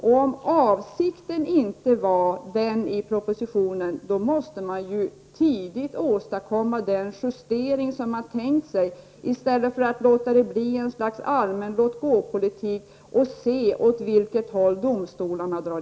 Om avsikten inte var den i propositionen, måste man tidigt åstadkomma den justering som man tänkt sig i stället för att bara låta det hela bli en allmän låt-gå-politik och se åt vilket håll domstolarna drar.